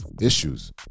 issues